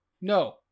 No